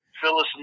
Phyllis